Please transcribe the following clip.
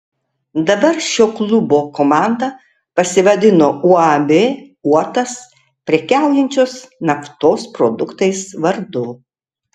dabar šio klubo komanda pasivadino uab uotas prekiaujančios naftos produktais vardu